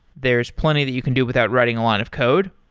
there's plenty that you can do without writing a lot of code,